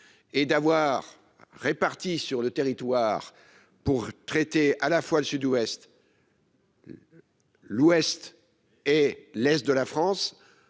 Et d'avoir répartis sur le territoire pour traiter à la fois le Sud-Ouest. L'Ouest et l'Est de la France